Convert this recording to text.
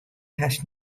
hast